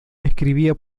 escribía